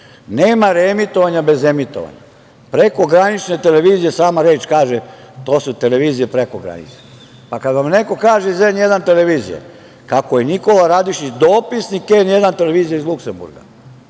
Nema reemitovanja bez emitovanja. Prekogranične televizije, sama reč kaže, to su televizije preko granice. Kad vam neko kaže iz N1 televizije kako je Nikola Radišić dopisnik N1 televizije iz Luksemburga,